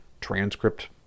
transcript